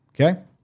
Okay